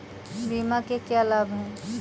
बीमा के क्या लाभ हैं?